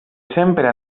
sempre